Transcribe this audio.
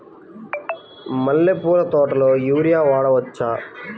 మల్లె పూల తోటలో యూరియా వాడవచ్చా?